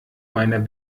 meiner